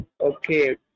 Okay